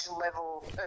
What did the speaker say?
level